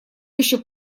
еще